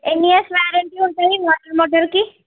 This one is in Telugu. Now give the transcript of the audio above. ఎన్ని ఇయర్స్ వారంటీ ఉంటుంది వాటర్ మోటార్కి